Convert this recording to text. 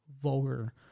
vulgar